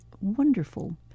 wonderful